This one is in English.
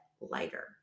lighter